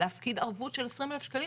להפקיד ערבות של 20,000 שקלים,